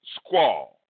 squall